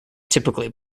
typically